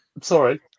sorry